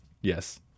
Yes